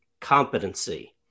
competency